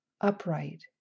upright